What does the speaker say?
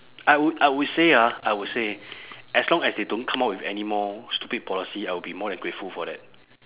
I would I would say ah I would say as long as they don't come up with any more stupid policy I will be more than grateful for that